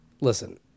listen